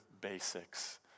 basics